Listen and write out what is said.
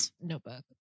notebook